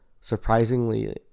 surprisingly